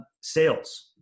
sales